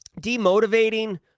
demotivating